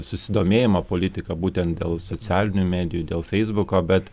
susidomėjimą politika būtent dėl socialinių medijų dėl feisbuko bet